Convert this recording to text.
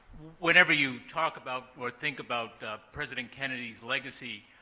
whenever you talk about or think about president kennedy's legacy,